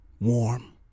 warm